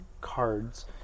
cards